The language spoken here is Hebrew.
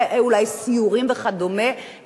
אולי סיורים וכדומה,